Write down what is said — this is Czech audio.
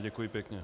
Děkuji pěkně.